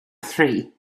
three